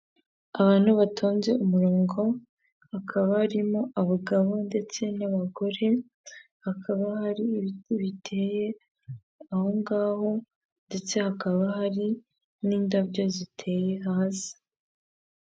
Abantu batonze umurongo, hakaba barimo abagabo ndetse n'abagore, hakaba hari ibiti biteye aho ngaho ndetse hakaba hari n'indabyo ziteye hasi.